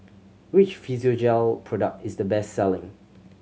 which Physiogel product is the best selling